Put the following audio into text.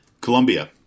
Colombia